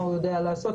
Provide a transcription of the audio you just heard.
מה הוא יודע לעשות,